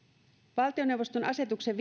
valtioneuvoston asetuksen